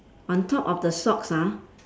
on top of the socks ah